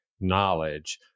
knowledge